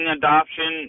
adoption